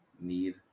need